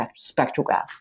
spectrograph